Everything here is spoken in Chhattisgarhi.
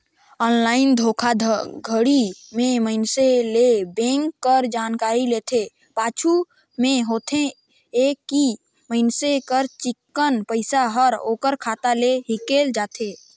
ऑनलाईन धोखाघड़ी में मइनसे ले बेंक कर जानकारी लेथे, पाछू में होथे ए कि मइनसे कर चिक्कन पइसा हर ओकर खाता ले हिंकेल जाथे